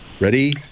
Ready